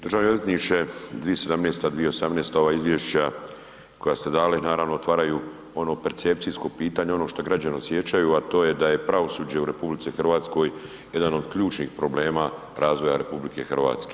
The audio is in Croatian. Državni odvjetniče, 2017., 2018. ova izvješća koja ste dali, naravno otvaraju ono percepcijsko pitanje, ono što građani osjećaju a to je da je pravosuđe u RH jedan od ključnih problema razvoja RH.